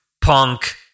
punk